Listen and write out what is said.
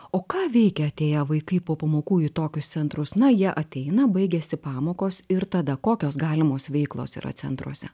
o ką veikia atėję vaikai po pamokų į tokius centrus na jie ateina baigiasi pamokos ir tada kokios galimos veiklos yra centruose